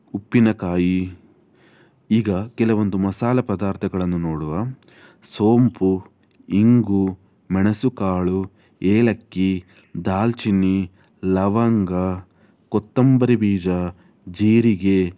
ಉಪ್ಪಿನಕಾಯಿ ಈಗ ಕೆಲವೊಂದು ಮಸಾಲೆ ಪದಾರ್ಥಗಳನ್ನು ನೋಡುವ ಸೋಂಪು ಇಂಗು ಮೆಣಸುಕಾಳು ಏಲಕ್ಕಿ ದಾಲ್ಚಿನಿ ಲವಂಗ ಕೊತ್ತಂಬರಿ ಬೀಜ ಜೀರಿಗೆ